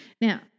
Now